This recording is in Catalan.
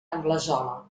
anglesola